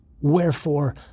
Wherefore